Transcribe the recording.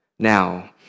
Now